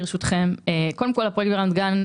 ברשותכם, הפרויקט ברמת גן,